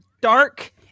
dark